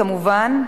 כמובן,